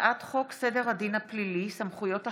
הצעת חוק סדר הדין הפלילי (סמכויות אכיפה,